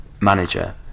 manager